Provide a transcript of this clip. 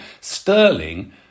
Sterling